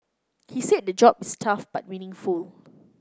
he said the job is tough but meaningful